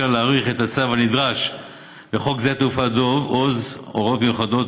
להאריך את הצו הנדרש לחוק שדה התעופה דב הוז (הוראות מיוחדות),